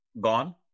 gone